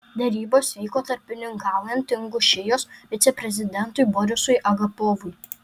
derybos vyko tarpininkaujant ingušijos viceprezidentui borisui agapovui